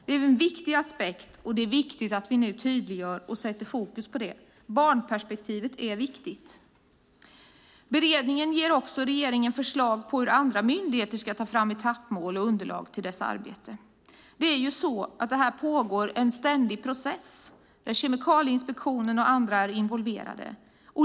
Det är en viktig aspekt och det är viktigt att vi nu tydliggör den och sätter fokus på det. Barnperspektivet är viktigt. Beredningen ger också regeringen förslag på hur andra myndigheter ska ta fram etappmål och underlag till dessa. Det pågår en ständig process där Kemikalieinspektionen och andra är involverade.